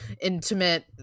intimate